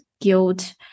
guilt